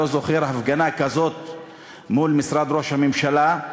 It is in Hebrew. אני לא זוכר הפגנה כזו מול משרד ראש הממשלה,